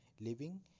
living